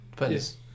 Yes